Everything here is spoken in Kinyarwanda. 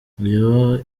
iyo